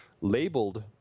Labeled